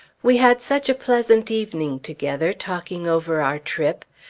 we had such a pleasant evening together, talking over our trip.